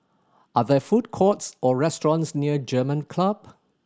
are there food courts or restaurants near German Club